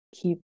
keep